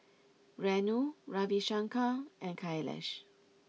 Renu Ravi Shankar and Kailash